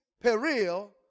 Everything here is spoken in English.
peril